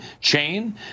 chain